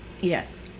Yes